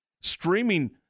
streaming